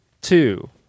two